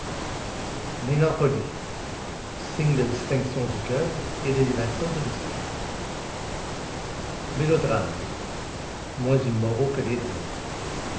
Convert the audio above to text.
mélancolie signe de distinction du coeur et d'élévation de l'esprit mélodrames moins immoraux que les drames